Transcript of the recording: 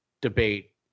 debate